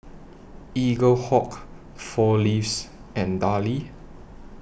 Eaglehawk four Leaves and Darlie